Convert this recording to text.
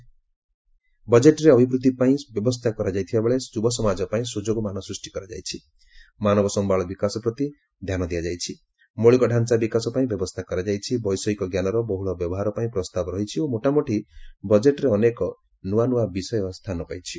ପ୍ରଧାନମନ୍ତ୍ରୀ କହିଛନ୍ତି ବଜେଟ୍ରେ ଅଭିବୃଦ୍ଧିପାଇଁ ବ୍ୟବସ୍ଥା କରାଯାଇଥିବାବେଳେ ଯୁବସମାଜ ପାଇଁ ସୁଯୋଗମାନ ସ୍ପୃଷ୍ଟି କରାଯାଇଛି ମାନବ ସମ୍ଭଳ ବିକାଶ ପ୍ରତି ଧ୍ୟାନ ଦିଆଯାଇଛି ମୌଳିକଡାଞ୍ଚା ବିକାଶ ପାଇଁ ବ୍ୟବସ୍ଥା କରାଯାଇଛି ବୈଷୟିକ ଜ୍ଞାନର ବହୁଳ ବ୍ୟବହାର ପାଇଁ ପ୍ରସ୍ତାବ ରହିଛି ଓ ମୋଟାମୋଟି ବଜେଟ୍ରେ ଅନେକ ନୂଆ ନୂଆ ବିଷୟ ସ୍ଥାନ ପାଇଛି